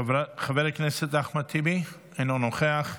חבר הכנסת אחמד טיבי, אינו נוכח,